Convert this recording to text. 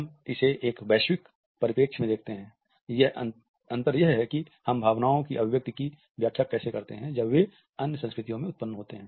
हम इसे एक वैश्विक परिप्रेक्ष्य में देखते हैं अंतर यह है कि हम भावनाओं की अभिव्यक्ति की व्याख्या कैसे करते हैं जब वे अन्य संस्कृतियों में उत्पन्न होते हैं